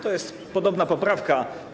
To jest podobna poprawka.